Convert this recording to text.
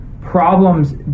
problems